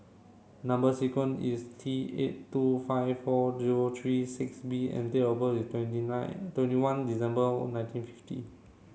number sequence is T eight two five four zero three six B and date of birth is twenty nine twenty one December nineteen fifty